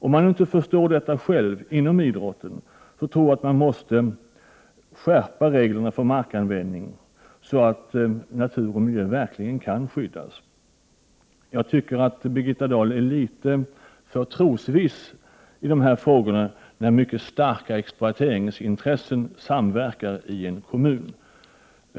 Om man inte förstår detta inom idrotten, tror jag att vi måste skärpa reglerna för markanvändning så att natur och miljö verkligen kan skyddas. Jag tycker att Birgitta Dahl är litet för trosviss i dessa frågor, när mycket starka exploateringsintressen medverkar i en kommun.